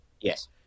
Yes